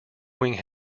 wing